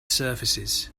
surfaces